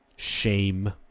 Shame